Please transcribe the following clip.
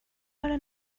داره